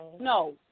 no